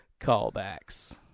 Callbacks